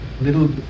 little